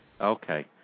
Okay